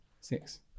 Six